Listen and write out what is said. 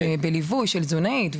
זה נעשה בליווי של תזונאית.